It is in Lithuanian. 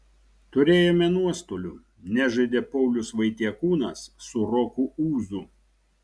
turėjome nuostolių nežaidė paulius vaitiekūnas su roku ūzu